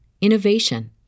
innovation